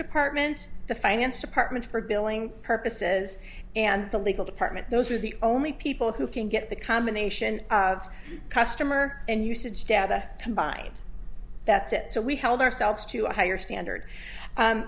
department the finance department for billing purposes and the legal department those are the only people who can get the combination of customer and usage data combined that's it so we held ourselves to a higher standard